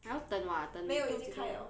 还要等 what 等几个月